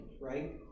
right